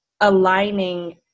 aligning